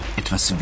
etwas